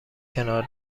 کنار